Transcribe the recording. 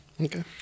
okay